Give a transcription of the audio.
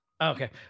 Okay